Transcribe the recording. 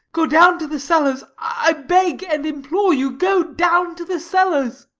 go down to the cellars i beg and implore you, go down to the cellars!